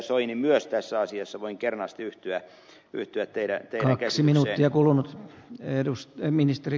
soini myös tässä asiassa voin kernaasti yhtyä teidän käsitykseenne